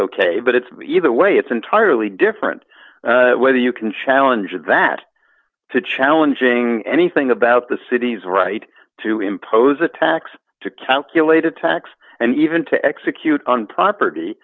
ok but it's either way it's entirely different whether you can challenge that to challenging anything about the city's right to impose a tax to calculate a tax and even to execute on property